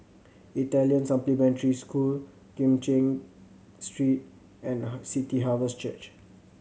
Italian Supplementary School Kim Cheng Street and City Harvest Church